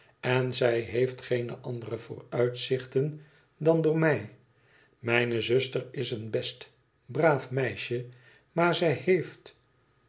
en zij heeft geene andere vooruitzichten dan door mij mijne zuster is een best braaf meisje maar zij heeft